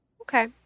Okay